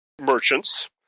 merchants